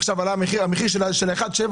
את הפטור על 1.7,